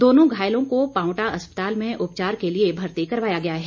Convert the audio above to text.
दोनों घायलों को पावंटा अस्पताल में उपचार के लिए भर्ती करवाया गया है